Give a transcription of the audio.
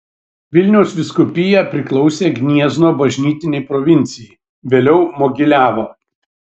vilniaus vyskupija priklausė gniezno bažnytinei provincijai vėliau mogiliavo